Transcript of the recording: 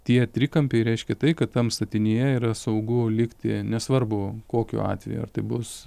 tie trikampiai reiškia tai kad tam statinyje yra saugu likti nesvarbu kokiu atveju ar tai bus